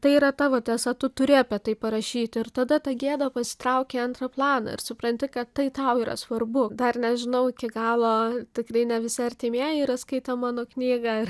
tai yra tavo tiesa tu turi apie tai parašyti ir tada ta gėda pasitraukia į antrą planą ir supranti kad tai tau yra svarbu dar nežinau iki galo tikrai ne visi artimieji yra skaitę mano knygą